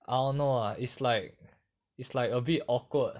I don't know ah it's like it's like a bit awkward